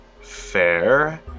Fair